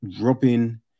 Robin